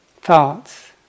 thoughts